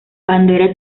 pandora